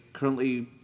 currently